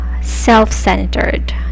self-centered